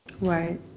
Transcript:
Right